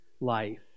life